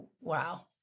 Wow